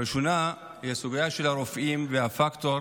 הראשונה היא הסוגיה של הרופאים והפקטור